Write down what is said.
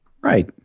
Right